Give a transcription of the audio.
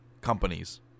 companies